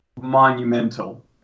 monumental